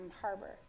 Harbor